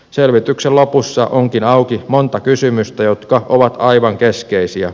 selvityksen lopussa onkin auki monta kysymystä jotka ovat aivan keskeisiä